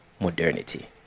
modernity